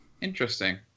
Interesting